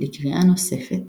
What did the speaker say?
לקריאה נוספת